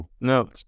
No